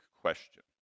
question